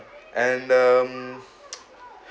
and um